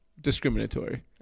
Discriminatory